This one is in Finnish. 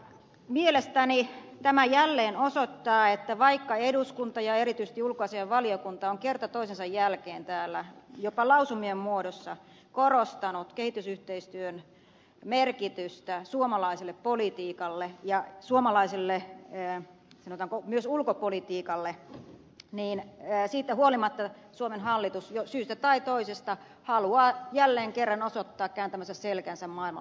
mielestäni tämä jälleen osoittaa että vaikka eduskunta ja erityisesti ulkoasiainvaliokunta on kerta toisensa jälkeen täällä jopa lausumien muodossa korostanut kehitysyhteistyön merkitystä suomalaiselle politiikalle ja myös suomalaiselle sanotaanko ulkopolitiikalle niin siitä huolimatta suomen hallitus syystä tai toisesta haluaa jälleen kerran osoittaa kääntävänsä selkänsä maailman lapsille